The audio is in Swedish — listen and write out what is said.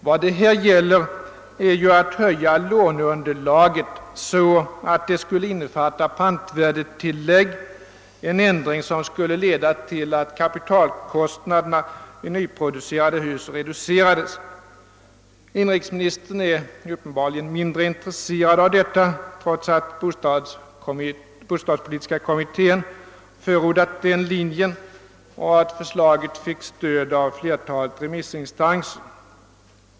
Vad det här gäller är ju att höja låneunderlaget så att det skulle innefatta pantvärdetillägg, en ändring som skulle leda till att kapitalkostnaderna i nyproducerade hus reducerades. Inrikesministern är uppenbarligen mindre intresserad av detta, trots att bostadspolitiska kommittén förordat den linjen och trots att förslaget fick stöd av flertalet remissinstanser.